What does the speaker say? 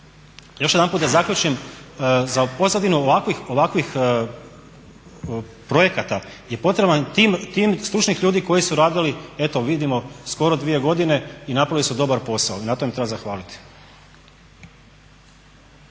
Još jedanput da zaključim, za pozadinu ovakvih projekata je potreban tim stručnih ljudi koji su radili eto vidimo skoro dvije godine i napravili su dobar posao i na tom im treba zahvaliti.